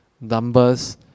numbers